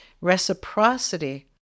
Reciprocity